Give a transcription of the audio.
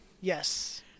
Yes